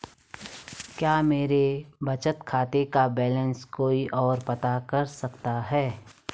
क्या मेरे बचत खाते का बैलेंस कोई ओर पता कर सकता है?